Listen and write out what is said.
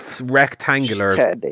rectangular